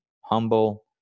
humble